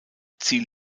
ziel